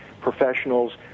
professionals